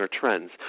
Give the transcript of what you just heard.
trends